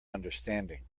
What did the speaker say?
understanding